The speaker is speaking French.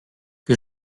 que